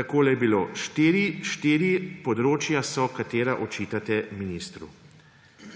Takole je bilo; štiri področja so, katera očitate ministru.